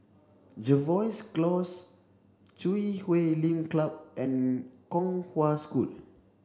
Jervois Close Chui Huay Lim Club and Kong Hwa School